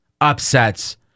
upsets